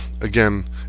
again